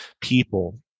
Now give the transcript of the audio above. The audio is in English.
people